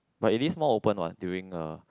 but it is more open what during uh